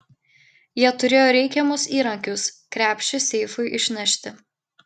jie turėjo reikiamus įrankius krepšį seifui išnešti